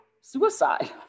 suicide